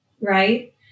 right